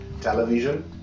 Television